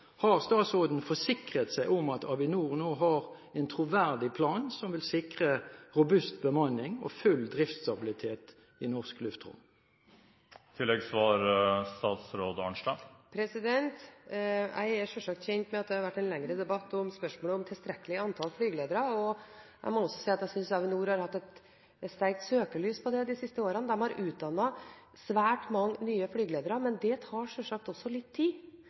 Har statsråden forsikret seg om at Avinor nå har en troverdig plan som vil sikre robust bemanning og full driftsstabilitet i norsk luftrom? Jeg er selvsagt kjent med at det har vært en lengre debatt om spørsmålet om et tilstrekkelig antall flygeledere. Jeg må også si at jeg synes Avinor har hatt et sterkt søkelys på det de siste årene. De har utdannet svært mange nye flygeledere, men det tar selvsagt også litt tid,